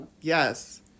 yes